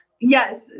Yes